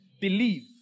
Believe